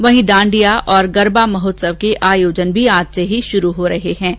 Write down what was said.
वहीं डांडिया और गरबा महोत्सव के आयोजन भी आज से ही शुरू होंगें